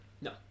no